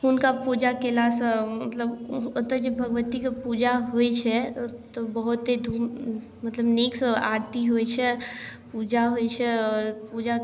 हुनका पूजा केलासँ मतलब ओतऽ जे भगवतीके पूजा होइ छै ओतऽ बहुते धूमधाम मतलब नीकसँ आरती होइ छै पूजा होइ छै आओर पूजा